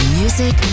music